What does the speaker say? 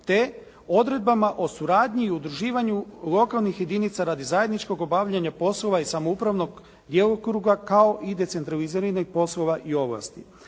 te odredbama o suradnji i udruživanju lokalnih jedinica radi zajedničkog obavljanja poslova iz samoupravnog djelokruga kao i decentraliziranje poslova i ovlasti.